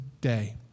day